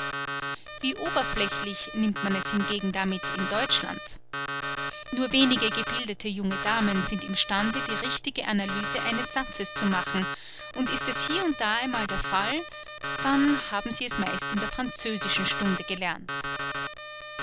wie oberflächlich nimmt man es hingegen damit in deutschland nur wenige gebildete junge damen sind im stande die richtige analyse eines satzes zu machen und ist es hie und da einmal der fall dann haben sie es meist in der französischen stunde gelernt